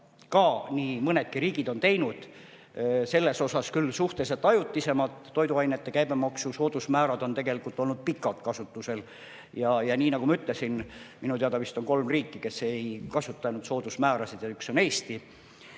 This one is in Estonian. mida nii mõnedki riigid on teinud. [Elektri puhul] küll suhteliselt ajutiselt, toiduainete käibemaksu soodusmäärad on tegelikult olnud pikalt kasutusel. Nii nagu ma ütlesin, on minu teada vist kolm riiki, kes ei kasutanud soodusmäärasid, ja üks on Eesti.